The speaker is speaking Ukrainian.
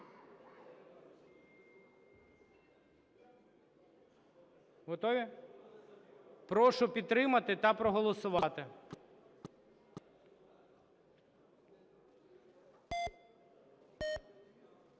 Готові? Прошу підтримати та проголосувати.